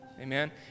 Amen